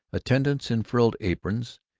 attendants in frilled aprons,